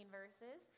verses